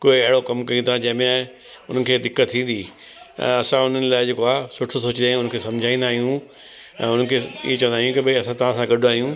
कोई अहिड़ो कम कयूं था जंहिंमे उन्हनि खे दिक़त थींदी असां हुननि जे लाइ जेको आहे सुठो सोचींदा आहियूं उन्हनि खे सम्झाइंदा आहियूं ऐं उन्हनि खे इहे चवंदा आहियूं की भई असां तां सां गॾु आहियूं